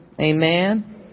Amen